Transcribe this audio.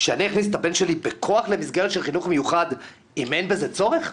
שאני אכניס את הבן שלי בכוח למסגרת של חינוך מיוחד אם אין בזה צורך?